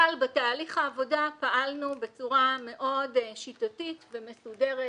אבל בתהליך העבודה פעלנו בצורה מאוד שיטתית ומסודרת,